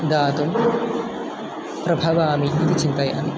दातुं प्रभवामि इति चिन्तयामि